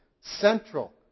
central